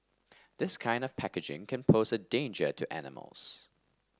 this kind of packaging can pose a danger to animals